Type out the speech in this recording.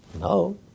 No